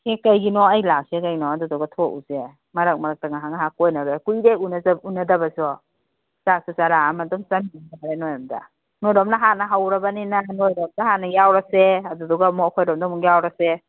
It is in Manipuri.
ꯑꯦ ꯀꯩꯒꯤꯅꯣ ꯑꯩ ꯂꯛꯀꯦ ꯀꯩꯅꯣ ꯑꯗꯨꯗꯨꯒ ꯊꯣꯛꯎꯁꯦ ꯃꯔꯛ ꯃꯔꯛꯇ ꯉꯍꯥꯛ ꯉꯍꯥꯛ ꯀꯣꯏꯅꯔ ꯀꯨꯏꯔꯦ ꯎꯅꯗꯕꯁꯨ ꯆꯥꯛꯁꯨ ꯆꯔꯥꯑꯃ ꯑꯗꯨꯝ ꯅꯣꯏꯔꯣꯝꯗ ꯅꯣꯏꯔꯣꯝꯅ ꯍꯥꯟꯅ ꯍꯧꯔꯕꯅꯤꯅ ꯅꯣꯏꯔꯣꯝꯗ ꯍꯥꯟꯅ ꯌꯥꯎꯔꯁꯦ ꯑꯗꯨꯗꯨꯒ ꯑꯃꯨꯛ ꯑꯩꯈꯣꯏꯔꯣꯝꯗ ꯑꯃꯨꯛ ꯌꯥꯎꯔꯁꯦ